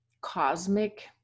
cosmic